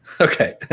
Okay